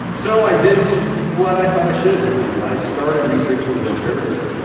so i did what i thought i should do. i started researching wheelchair racing.